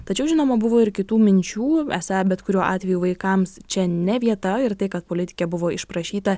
tačiau žinoma buvo ir kitų minčių esą bet kuriuo atveju vaikams čia ne vieta ir tai kad politikė buvo išprašyta